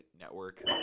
network